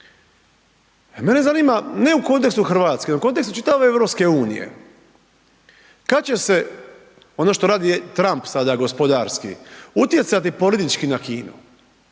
Mene zanima, ne u kontekstu RH, nego u kontekstu čitave EU, kad će se, ono što radi Trump sada gospodarski, utjecati porednički na Kinu,